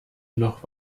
noch